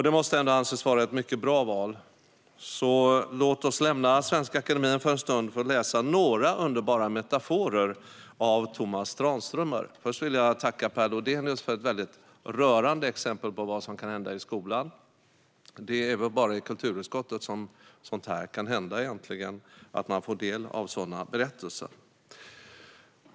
Det måste anses vara ett mycket bra val, så låt oss lämna Svenska Akademien för en stund för att läsa några underbara metaforer av Tomas Tranströmer. Dessförinnan vill jag dock tacka Per Lodenius för ett väldigt rörande exempel på vad som kan hända i skolan. Det är väl egentligen bara i kulturutskottet som det kan hända att man får del av sådana berättelser.